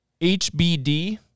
HBD